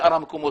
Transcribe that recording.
ובשאר המקומות.